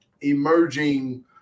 emerging